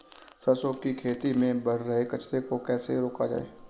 सरसों की खेती में बढ़ रहे कचरे को कैसे रोका जाए?